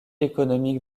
économique